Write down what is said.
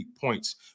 points